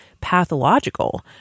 pathological